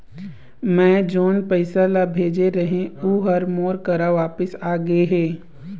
मै जोन पैसा ला भेजे रहें, ऊ हर मोर करा वापिस आ गे हे